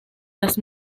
las